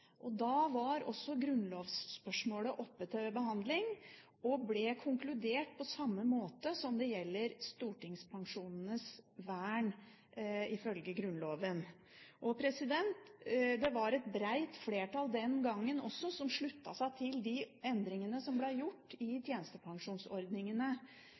vår. Da var også grunnlovsspørsmålet oppe til behandling, og det ble konkludert på samme måte som med stortingspensjonenes vern ifølge Grunnloven. Den gangen var det et bredt flertall som sluttet seg til de endringene som ble gjort i